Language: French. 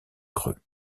creux